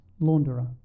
launderer